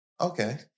okay